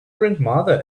grandmother